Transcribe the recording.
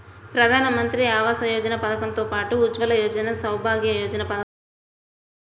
ప్రధానమంత్రి ఆవాస యోజన పథకం తో పాటు ఉజ్వల యోజన, సౌభాగ్య యోజన పథకాలను అందిత్తన్నారు